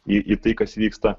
į tai kas vyksta